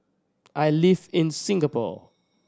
I live in Singapore